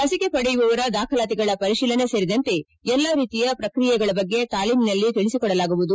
ಲಿಸಿಕೆ ಪಡೆಯುವವರ ದಾಖಲಾತಿಗಳ ಪರಿಶೀಲನೆ ಸೇರಿದಂತೆ ಎಲ್ಲ ರೀತಿಯ ಪ್ರಕ್ರಿಯೆಗಳ ಬಗ್ಗೆ ತಾಲೀಮಿನಲ್ಲಿ ತಿಳಿಸಿಕೊಡಲಾಗುವುದು